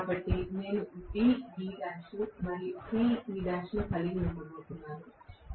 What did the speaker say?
కాబట్టి నేను B Bl మరియు C Cl ను కలిగి ఉండబోతున్నాను